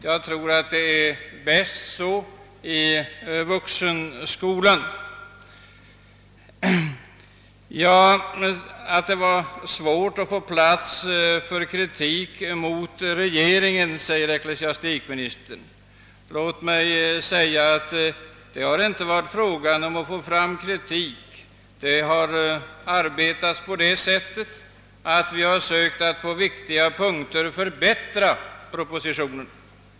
Jag tror att det är bäst så, när det gäller vuxenskolan. Det har varit svårt att få plats för kritik mot regeringen, säger ecklesiastikministern. Det har inte varit fråga om att kritisera, utan vi har sökt att på viktiga punkter förbättra propositionen.